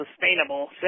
sustainable